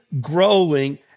growing